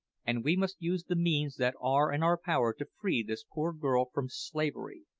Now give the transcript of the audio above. and we must use the means that are in our power to free this poor girl from slavery.